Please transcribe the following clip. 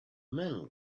men